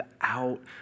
out